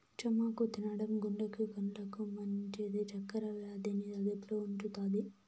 చామాకు తినడం గుండెకు, కండ్లకు మంచిది, చక్కర వ్యాధి ని అదుపులో ఉంచుతాది